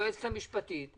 היועצת המשפטית,